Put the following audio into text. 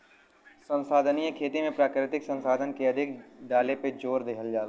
संसाधनीय खेती में प्राकृतिक संसाधन के अधिक डाले पे जोर देहल जाला